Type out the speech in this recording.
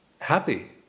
happy